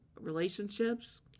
relationships